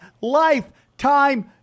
Lifetime